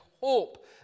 hope